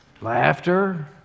laughter